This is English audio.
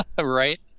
right